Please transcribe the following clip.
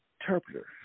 interpreter